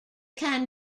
can